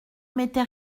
mettait